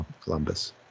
Columbus